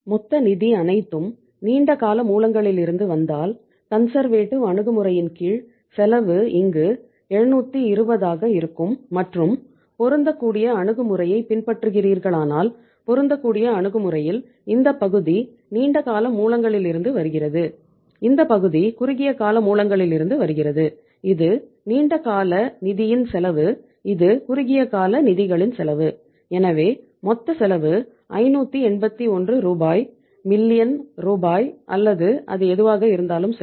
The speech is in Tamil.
மொத்த நிதி அனைத்தும் நீண்ட கால மூலங்களிலிருந்து வந்தால் கன்சர்வேட்டிவ் ரூபாய் அல்லது அது எதுவாக இருந்தாலும் சரி